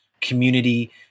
community